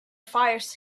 fires